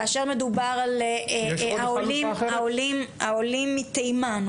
כאשר מדובר על העולים מתימן,